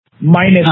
minus